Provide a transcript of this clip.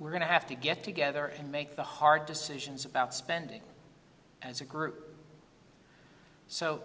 we're going to have to get together and make the hard decisions about spending as a group so